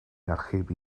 archebu